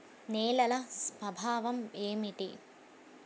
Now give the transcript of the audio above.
నేలల స్వభావం ఏమిటీ?